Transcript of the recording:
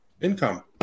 income